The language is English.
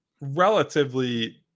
relatively